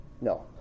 No